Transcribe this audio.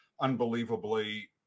unbelievably